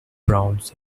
browns